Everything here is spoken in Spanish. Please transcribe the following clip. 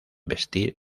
vestir